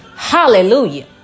Hallelujah